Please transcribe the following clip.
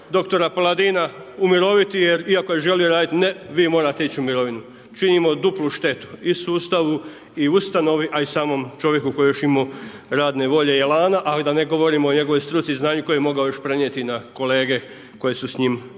dr. Paladina umiroviti iako je želio raditi, ne vi morate ići u mirovinu, činimo duplu štetu i sustavu i ustanovi a i samom čovjeku koji je još imao radne volje i elana a da ne govorimo o njegovoj struci i znanju koje je mogao još prenijeti na kolege koje su s njim radile.